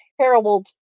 terrible